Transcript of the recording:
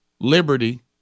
liberty